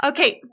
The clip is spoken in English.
Okay